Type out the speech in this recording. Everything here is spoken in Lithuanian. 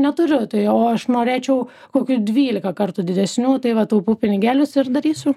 neturiu tai o aš norėčiau kokių dvylika kartų didesnių tai va taupau pinigėlius ir darysiu